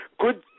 Good